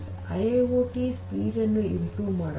IIoT ವೇಗವನ್ನು ಸುಧಾರಿಸುತ್ತದೆ